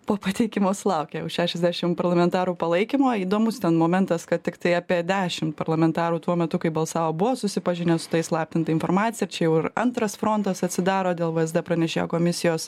po pateikimo sulaukė jau šešiasdešim parlamentarų palaikymo įdomus ten momentas kad tiktai apie dešim parlamentarų tuo metu kai balsavo buvo susipažinę su ta įslaptinta informacija ir čia jau ir antras frontas atsidaro dėl vsd pranešėjo komisijos